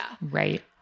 Right